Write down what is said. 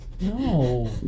no